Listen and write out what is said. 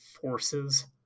forces